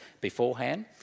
beforehand